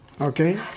Okay